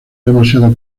demasiado